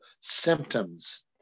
symptoms